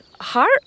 heart